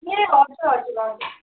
ए हजुर हजुर हजुर